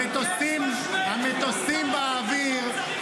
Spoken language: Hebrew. המטוסים באוויר.